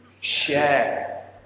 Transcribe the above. share